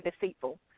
deceitful